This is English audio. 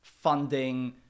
funding